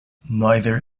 neither